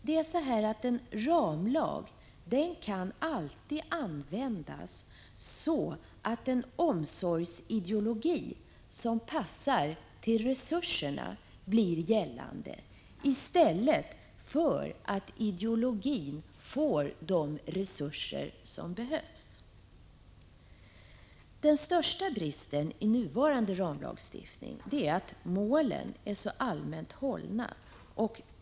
En ramlag kan alltid användas så att en omsorgsideologi som passar till resurserna blir gällande i stället för att ideologin får de resurser som behövs. Den största bristen i nuvarande ramlagstiftning är att målen är så allmänt hållna.